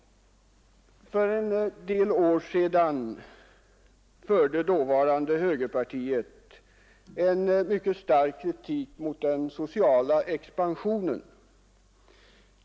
För en del år sedan drev dåvarande högerpartiet en mycket stark kritik mot den sociala expansionen.